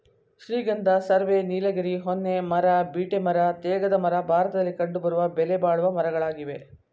ಶ್ರೀಗಂಧ, ಸರ್ವೆ, ನೀಲಗಿರಿ, ಹೊನ್ನೆ ಮರ, ಬೀಟೆ ಮರ, ತೇಗದ ಮರ ಭಾರತದಲ್ಲಿ ಕಂಡುಬರುವ ಬೆಲೆಬಾಳುವ ಮರಗಳಾಗಿವೆ